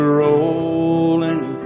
rolling